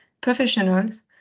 professionals